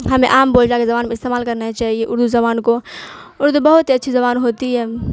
ہمیں عام بول چال کا زبان کو استعمال کرنا چاہیے اردو زبان کو اردو بہت ہی اچھی زبان ہوتی ہے